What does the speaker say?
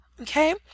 Okay